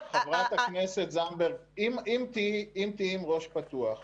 חברת הכנסת זנדברג, אם תהיי עם ראש פתוח ותקשיבי,